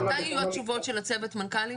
מתי יהיו התשובות של צוות המנכ"לים?